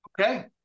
Okay